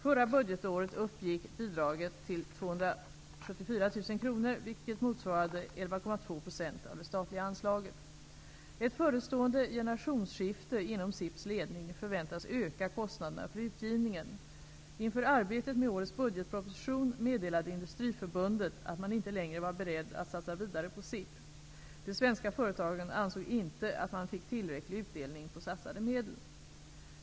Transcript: Förra budgetåret uppgick bidraget till 274 000 kronor, vilket motsvarade 11,2 % av det statliga anslaget. Ett förestående generationsskifte inom SIP:s ledning förväntas öka kostnaderna för utgivningen. Inför arbetet med årets budgetproposition meddelade Industriförbundet att man inte längre var beredd att satsa vidare på SIP. De svenska företagen ansåg inte att man fick tillräcklig utdelning på satsade medel.